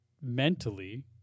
mentally